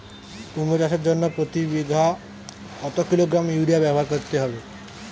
কুমড়ো চাষের জন্য প্রতি বিঘা কত কিলোগ্রাম ইউরিয়া ব্যবহার করতে হবে?